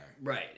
Right